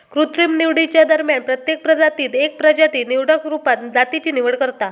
कृत्रिम निवडीच्या दरम्यान प्रत्येक प्रजातीत एक प्रजाती निवडक रुपात जातीची निवड करता